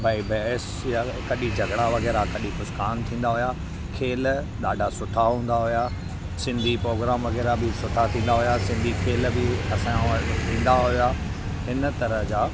भई बहस या कॾहिं झॻिड़ा वग़ैरह कॾहिं कुझु कांड थींदा हुआ खेलु ॾाढा सुठा हूंदा हुआ सिंधी पोग्राम वग़ैरह बि सुठा थींदा हुआ सिंधी खेल बि असांजो ईंदा हुआ हिन तरह जा